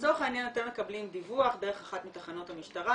לצורך העניין אתם מקבלים דיווח דרך אחת מתחנות המשטרה,